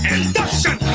Induction